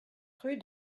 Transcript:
rue